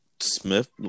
Smith